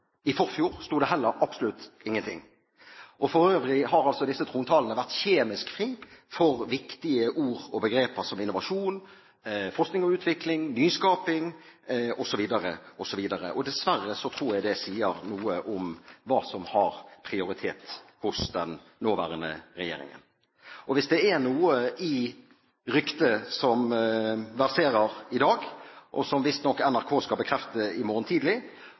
I forfjor sto det heller absolutt ingenting. Og for øvrig har disse trontalene vært kjemisk fri for viktige ord og begreper som innovasjon, forskning og utvikling, nyskaping osv., osv. Dessverre tror jeg det sier noe om hva som har prioritet hos den nåværende regjeringen. Hvis det er noe i ryktet som verserer i dag, og som visstnok NRK skal bekrefte i morgen tidlig,